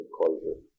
closure